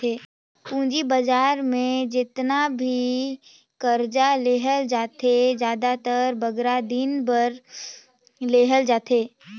पूंजी बजार में जेतना भी करजा लेहल जाथे, जादातर बगरा दिन बर लेहल जाथे